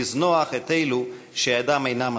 לזנוח את אלו שידם אינה משגת.